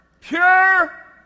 pure